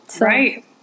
Right